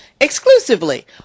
exclusively